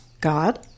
God